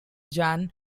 jan